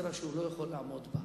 גזירה שהוא לא יכול לעמוד בה,